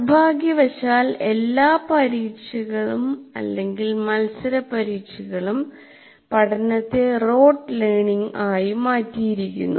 നിർഭാഗ്യവശാൽഎല്ലാ പരീക്ഷകൾ അല്ലെങ്കിൽ മത്സരപരീക്ഷകൾ പഠനത്തെ റോട്ട് ലേർണിംഗ് ആയി മാറ്റിയിരിക്കുന്നു